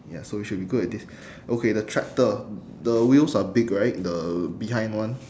ya so you should be good at this okay the tractor the wheels are big right the behind one